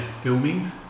filming